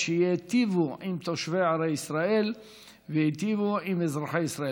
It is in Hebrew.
שייטיבו עם תושבי ערי ישראל וייטיבו עם אזרחי ישראל.